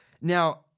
Now